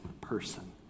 person